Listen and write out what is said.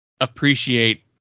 appreciate